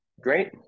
Great